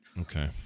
Okay